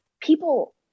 people